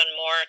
more